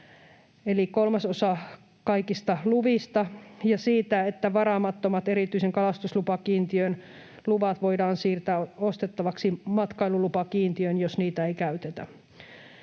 eli kolmasosa kaikista luvista, ja siitä, että varaamattomat erityisen kalastuslupakiintiön luvat voidaan siirtää ostettavaksi matkailulupakiintiöön, jos niitä ei käytetä.